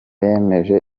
yemeje